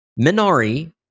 Minari